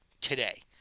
today